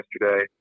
yesterday